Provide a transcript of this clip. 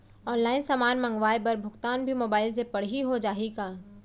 Online समान मंगवाय बर भुगतान भी मोबाइल से पड़ही हो जाही का?